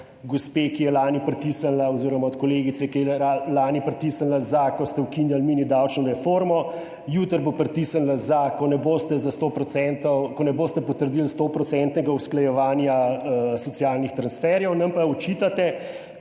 gospe, ki je lani pritisnila oziroma od kolegice, ki je lani pritisnila za, ko ste ukinili mini davčno reformo, jutri bo pritisnila za, ko ne boste potrdili 100 % usklajevanja socialnih transferjev, nam pa očitate,